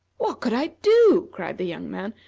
what could i do? cried the young man.